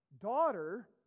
daughter